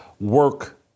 work